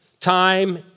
time